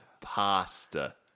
Pasta